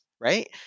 right